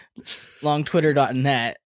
longtwitter.net